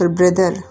brother